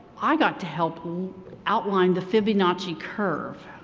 i got to help outline the fibonacci curve.